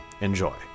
Enjoy